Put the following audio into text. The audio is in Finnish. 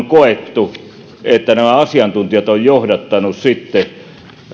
koettu että nämä asiantuntijat ovat johdattaneet sitten